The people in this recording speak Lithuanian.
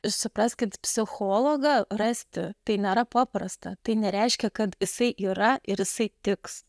supraskit psichologą rasti tai nėra paprasta tai nereiškia kad jisai yra ir jisai tiks